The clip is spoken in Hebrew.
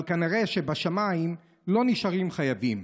אבל כנראה שבשמיים לא נשארים חייבים,